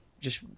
just-